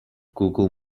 google